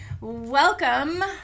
Welcome